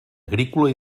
agrícola